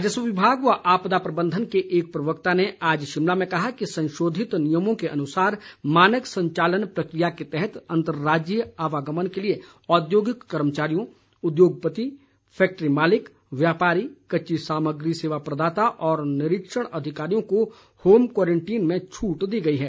राजस्व विभाग व आपदा प्रबंधन के एक प्रवक्ता ने आज शिमला में कहा कि संशोधित नियमों के अनुसार मानक संचालन प्रक्रिया के तहत अंतर्राज्यीय आवागमन के लिए औद्योगिक कर्मचारियों उद्योगपति फैक्टरी मालिक व्यापारी कच्ची सामग्री सेवा प्रदाता और निरीक्षण अधिकारियों को होम क्वारंटीन में छूट दी गई है